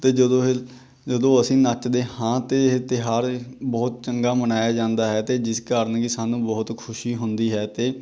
ਅਤੇ ਜਦੋਂ ਇਹ ਜਦੋਂ ਅਸੀਂ ਨੱਚਦੇ ਹਾਂ ਅਤੇ ਇਹ ਤਿਉਹਾਰ ਬਹੁਤ ਚੰਗਾ ਮਨਾਇਆ ਜਾਂਦਾ ਹੈ ਅਤੇ ਜਿਸ ਕਾਰਨ ਵੀ ਸਾਨੂੰ ਬਹੁਤ ਖੁਸ਼ੀ ਹੁੰਦੀ ਹੈ ਅਤੇ